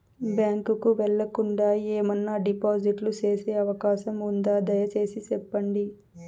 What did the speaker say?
Bank కు వెళ్లకుండా, ఏమన్నా డిపాజిట్లు సేసే అవకాశం ఉందా, దయసేసి సెప్పండి?